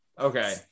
Okay